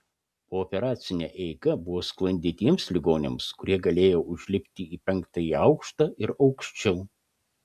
pooperacinė eiga buvo sklandi tiems ligoniams kurie galėjo užlipti į penktąjį aukštą ir aukščiau